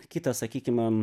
kitą sakykime